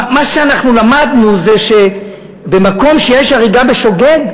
מה שאנחנו למדנו זה שבמקום שיש הריגה בשוגג,